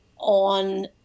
on